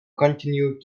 continued